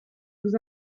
vous